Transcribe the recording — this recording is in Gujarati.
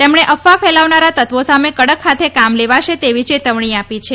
તેમણે અફવા ફેલાવનારા તત્વો સામે કડક હાથે કામ લેવાશે તેવી ચેતવણી આપી છે